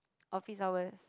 office hours